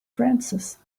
francis